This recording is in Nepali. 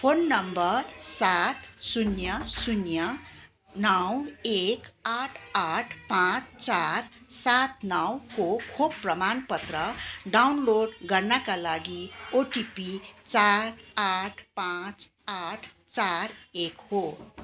फोन नम्बर सात शून्य शून्य नौ एक आठ आठ पाँच चार सात नौको खोप प्रमाणपत्र डाउनलोड गर्नाका लागि ओटिपी चार आठ पाँच आठ चार एक हो